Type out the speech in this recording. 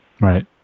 Right